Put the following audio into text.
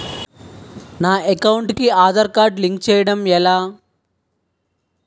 నా అకౌంట్ కు Aadhaar card link చేయడం ఎలా?